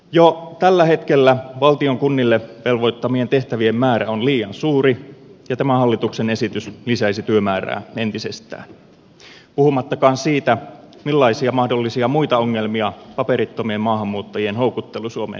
jo tällä hetkellä valtion kunnille velvoittamien tehtävien määrä on liian suuri ja tämä hallituksen esitys lisäisi työmäärää entisestään puhumattakaan siitä millaisia mahdollisia muita ongelmia paperittomien maahanmuuttajien houkuttelu suomeen synnyttäisi